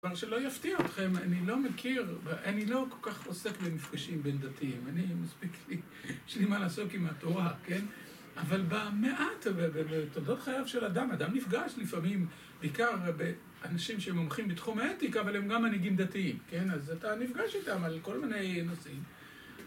דבר שלא יפתיע אתכם, אני לא מכיר, אני לא כל כך עוסק במפגשים בין דתיים אני מספיק, יש לי מה לעסוק עם התורה, כן? אבל במעט, בתולדות חייו של אדם, אדם נפגש לפעמים בעיקר באנשים שמומחים בתחום האתיקה, אבל הם גם מנהיגים דתיים כן? אז אתה נפגש איתם על כל מיני נושאים